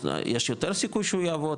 יש יותר סיכוי שהוא יעבוד,